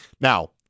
Now